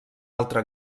altre